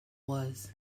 was